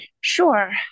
Sure